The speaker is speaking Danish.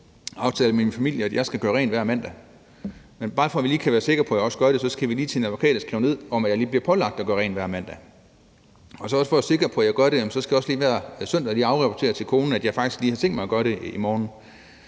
aftaler med min familie, at jeg skal gøre rent hver mandag, men for at vi lige kan være sikre på, at jeg også gør det, skal vi lige til en advokat og få skrevet ned, at jeg lige bliver pålagt at gøre rent hver mandag. Og for så at være sikker på, at jeg også gør det, skal jeg også lige hver søndag afrapportere til konen, at jeg faktisk også har tænkt mig at gøre rent i morgen.